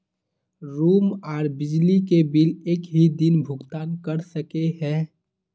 Room आर बिजली के बिल एक हि दिन भुगतान कर सके है?